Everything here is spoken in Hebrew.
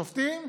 לשופטים,